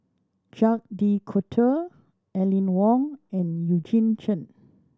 Jacques De Coutre Aline Wong and Eugene Chen